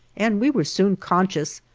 and we were soon conscious,